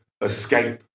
escape